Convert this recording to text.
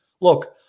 Look